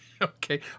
okay